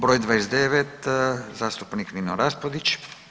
Broj 29 zastupnik Nino Raspudić.